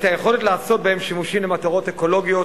את היכולת לעשות בהם שימושים למטרות אקולוגיות,